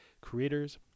creators